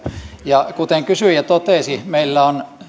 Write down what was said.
ja kuten kysyjä totesi meillä on